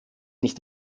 nicht